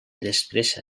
després